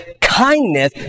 kindness